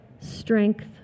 strength